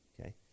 okay